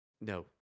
no